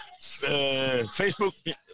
Facebook